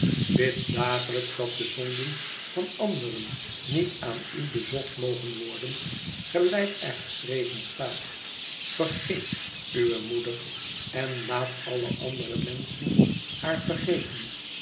bid dagelijks dat de zonden van anderen niet aan u bezocht mogen worden gelijk er geschreven staat vergeet uwe moeder en laat alle andere menschen haar vergeten